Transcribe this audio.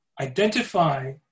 identify